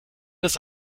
das